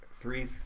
Three